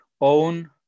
own